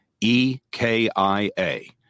e-k-i-a